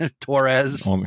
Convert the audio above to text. Torres